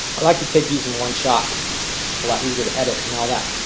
like to take these in one shot a lot easier to edit and all that